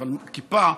אבל כיפה,